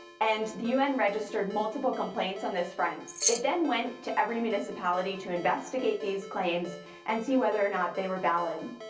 and the un registered multiple complaints on this front. it then went to every municipality to investigate these claims and see whether or not they were valid.